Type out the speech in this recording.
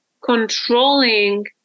controlling